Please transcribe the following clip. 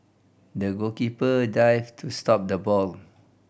the goalkeeper dived to stop the ball